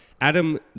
Adam